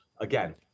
again